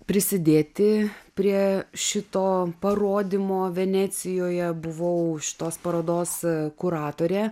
prisidėti prie šito parodymo venecijoje buvau šitos parodos kuratorė